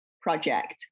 project